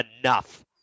enough